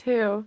Two